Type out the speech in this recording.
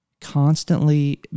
constantly